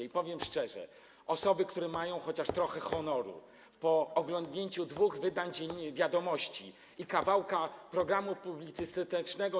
I powiem szczerze: osoby, które mają chociaż trochę honoru, po oglądnięciu dwóch wydań „Wiadomości” i kawałka programu publicystycznego w